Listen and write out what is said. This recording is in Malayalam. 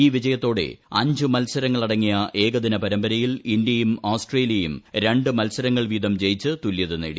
ഈ വിജയത്തോടെ അഞ്ച് മത്സരങ്ങളടങ്ങിയ ഏകദിന പരമ്പരയിൽ ഇന്തൃയും ഓസ്ട്രേലിയയും ര മത്സരങ്ങൾ വീതം ജയിച്ച് തുല്യത നേടി